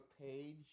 page